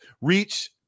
reach